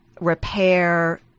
repair